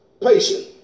patience